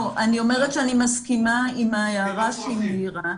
אני אומרת שאני מסכימה עם ההערה שהיא העירה,